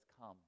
come